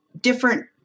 different